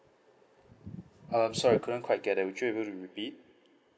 um sorry couldn't quite get that would you able to repeat